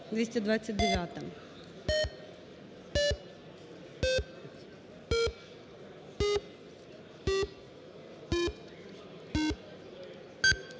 229.